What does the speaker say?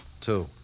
Two